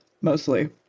mostly